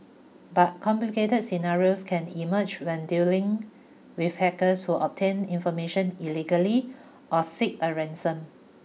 but complicated scenarios can emerge when dealing with hackers who obtain information illegally or seek a ransom